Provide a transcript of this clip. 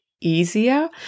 easier